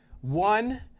One